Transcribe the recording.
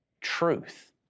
truth